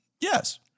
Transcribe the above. Yes